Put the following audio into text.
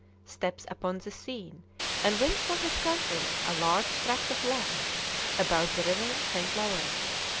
steps upon the scene and wins for his country a large tract of land about the river st. lawrence.